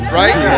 right